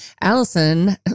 Allison